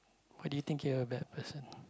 why did you think you are a bad person